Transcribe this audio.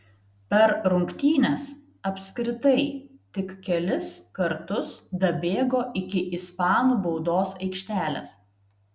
per rungtynes apskritai tik kelis kartus dabėgo iki ispanų baudos aikštelės